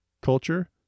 culture